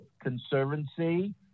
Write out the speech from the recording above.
conservancy